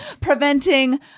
preventing